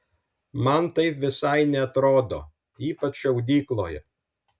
man taip visai neatrodo ypač šaudykloje